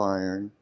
iron